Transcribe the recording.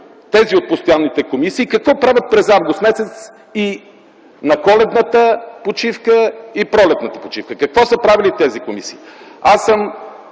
тези от постоянните комисии какво правят през м. август, през Коледната и пролетната почивка? Какво са правили тези комисии? Аз съм